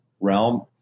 realm